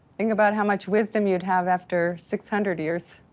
think about how much wisdom you'd have after six hundred years.